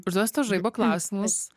užduosiu tau žaibo klausimus